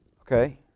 Okay